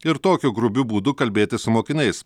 ir tokiu grubiu būdu kalbėtis su mokiniais